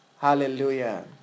Hallelujah